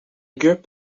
group